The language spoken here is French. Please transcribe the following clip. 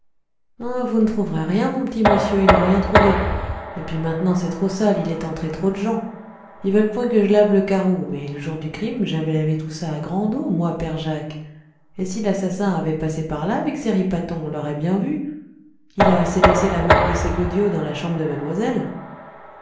vous ne trouverez rien mon p'tit monsieur y n'ont rien trouvé et puis maintenant c'est trop sale il est entré trop de gens ils veulent point que je lave le carreau mais le jour du crime j'avais lavé tout ça à grande eau moi père jacques et si l'assassin avait passé par là avec ses ripatons on l'aurait bien vu il a assez laissé la marque de ses godillots dans la chambre de mademoiselle